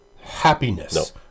happiness